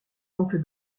oncle